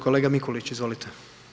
Kolega Mikulić izvolite.